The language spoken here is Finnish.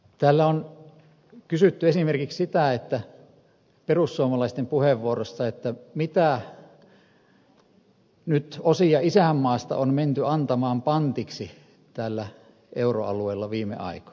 täällä on kysytty esimerkiksi perussuomalaisten puheenvuoroissa sitä mitä osia isänmaasta on nyt menty antamaan pantiksi täällä euroalueella viime aikoina